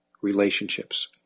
relationships